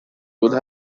would